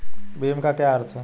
भीम का क्या अर्थ है?